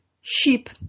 Sheep